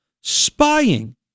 Spying